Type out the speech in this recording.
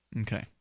Okay